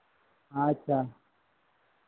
ᱟᱪᱪᱷᱟ